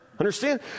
Understand